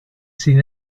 seen